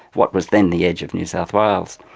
what was then the edge of new south wales.